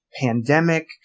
Pandemic